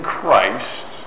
Christ